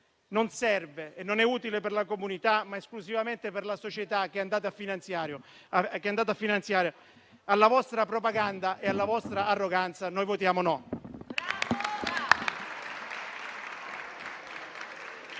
non serve e non è utile per la comunità, ma esclusivamente per la società che andate a finanziare. Alla vostra propaganda e alla vostra arroganza noi votiamo no.